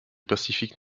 pacifique